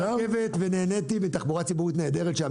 ברכבת, ונהניתי מתחבורה ציבורית נהדרת.